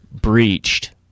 breached